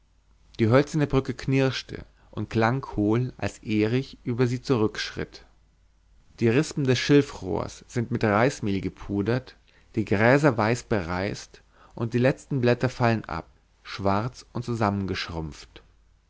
die hölzerne brücke knirschte und klang hohl als erich über sie zurückschritt die rispen des schilfrohrs sind mit reismehl gepudert die gräser weiß bereist und die letzten blätter fallen ab schwarz und zusammengeschrumpft